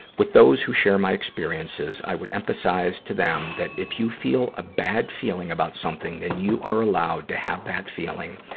with those who share my experiences, i would emphasize to them, that if you feel a bad feeling about something, that you are allowed to have that feeling.